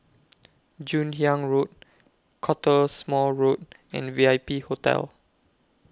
Joon Hiang Road Cottesmore Road and V I P Hotel